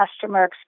customer